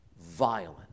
violent